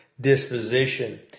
disposition